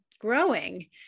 growing